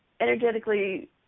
energetically